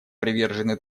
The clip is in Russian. привержены